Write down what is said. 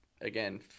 again